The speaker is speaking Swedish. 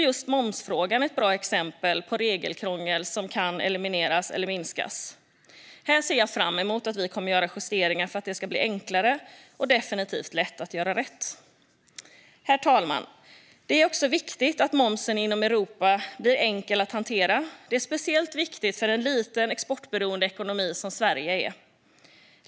Just momsfrågan är ett bra exempel på regelkrångel som kan elimineras eller minskas. Jag ser fram emot att vi här kommer att göra justeringar för att det ska bli enklare och definitivt lätt att göra rätt. Herr talman! Det är också viktigt att momsen inom Europa blir enkel att hantera. Det är speciellt viktigt för en liten exportberoende ekonomi som Sverige.